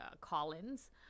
Collins